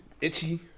itchy